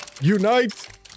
Unite